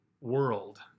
world